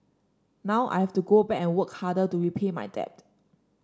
now I have to go back and work harder to repay my debt